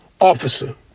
officer